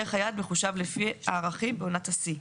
ערך היעד מחושב לפי הערכים בעונת השיא.